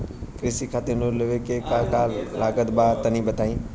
कृषि खातिर लोन लेवे मे का का लागत बा तनि बताईं?